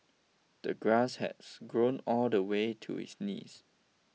the grass has grown all the way to his knees